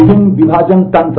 विभिन्न विभाजन तंत्र